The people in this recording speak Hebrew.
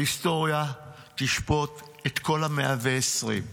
ההיסטוריה תשפוט את כל ה-120.